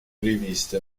riviste